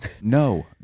No